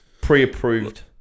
pre-approved